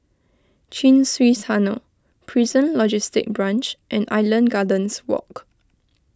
Chin Swee Tunnel Prison Logistic Branch and Island Gardens Walk